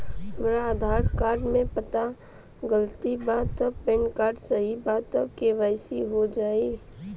हमरा आधार कार्ड मे पता गलती बा त पैन कार्ड सही बा त के.वाइ.सी हो जायी?